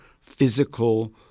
physical